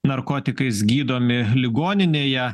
narkotikais gydomi ligoninėje